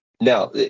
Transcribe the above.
Now